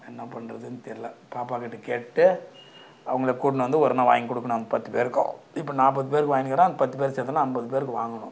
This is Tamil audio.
என்னா பண்ணுறதுன் தெரில பாப்பாக்கிட்ட கேட்டு அவங்கள கூட்ன்னு வந்து ஒரு நாள் வாய்ங் கொடுக்கணும் அந் பத்துப் பேர்க்கும் இப்போ நாற்பத் பேருக்கு வாய்ன்கிறேன் அந் பத்து பேர்க்கு சேர்த்தனா ஐம்பது பேர்க்கு வாங்கணும்